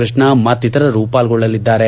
ಕೃಷ್ಣ ಮತ್ತಿತರರು ಪಾಲ್ಗೊಳ್ಳಲಿದ್ದಾರೆ